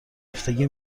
هفتگی